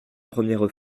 première